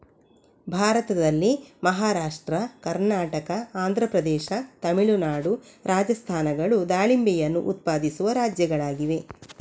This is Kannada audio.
ಭಾರತದಲ್ಲಿ ಮಹಾರಾಷ್ಟ್ರ, ಕರ್ನಾಟಕ, ಆಂಧ್ರ ಪ್ರದೇಶ, ತಮಿಳುನಾಡು, ರಾಜಸ್ಥಾನಗಳು ದಾಳಿಂಬೆಯನ್ನು ಉತ್ಪಾದಿಸುವ ರಾಜ್ಯಗಳಾಗಿವೆ